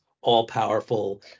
all-powerful